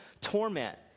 torment